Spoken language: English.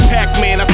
Pac-Man